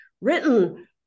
written